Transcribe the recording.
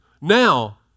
now